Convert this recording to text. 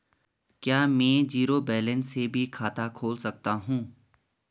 क्या में zero balance से भी खाता खोल सकता हूँ?